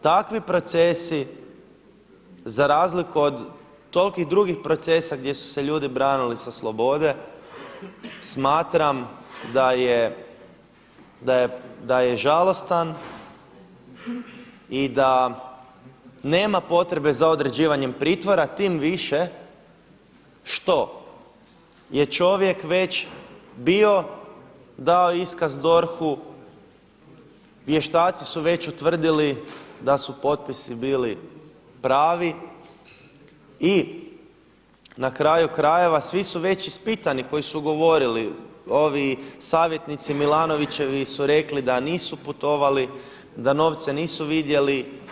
Takvi procesi za razliku od tolikih drugih procesa gdje su se ljudi branili sa slobode smatram da je žalostan i da nema potrebe za određivanjem pritvora tim više što je čovjek već bio, dao iskazu DORH-u, vještaci su već utvrdili da su potpisi bili pravi i na kraju krajeva svi su već ispitani koji su govorili ovi savjetnici Milanovićevi su rekli da nisu putovali, da novce nisu vidjeli.